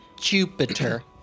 Jupiter